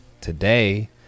today